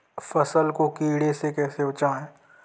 फसल को कीड़े से कैसे बचाएँ?